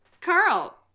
Carl